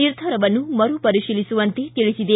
ನಿರ್ಧಾರವನ್ನು ಮರು ಪರಿಶೀಲಿಸುವಂತೆ ತಿಳಿಸಿದೆ